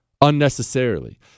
unnecessarily